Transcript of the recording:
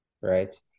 right